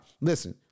Listen